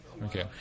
Okay